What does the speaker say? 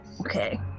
Okay